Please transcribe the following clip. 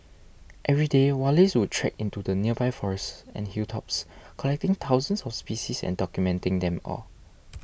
every day Wallace would trek into the nearby forests and hilltops collecting thousands of species and documenting them all